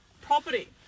property